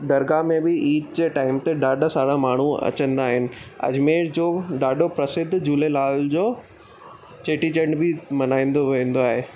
दरगाह में बि ईद जे टाइम ते ॾाढा सारा माण्हू अचंदा आहिनि अजमेर जो ॾाढो प्रसिद्ध झूलेलाल जो चेटीचंड बि मल्हाईंदो वेंदो आहे